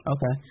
Okay